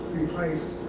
replaced